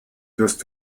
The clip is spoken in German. wirst